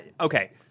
Okay